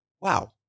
wow